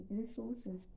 resources